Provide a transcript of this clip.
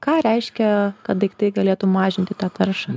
ką reiškia kad daiktai galėtų mažinti tą taršą